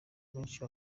abenshi